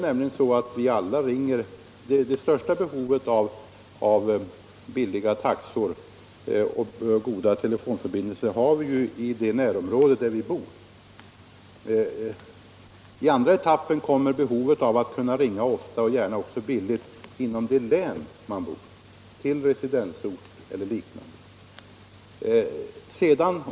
Det största behovet av billiga taxor och goda telefonförbindelser har vi ju i det närområde där vi bor. I andra etappen kommer behovet av att kunna ringa ofta — och gärna också billigt — inom det län där man bor, till residensorten eller liknande.